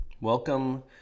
Welcome